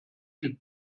viel